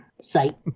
site